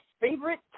favorite